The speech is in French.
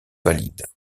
valide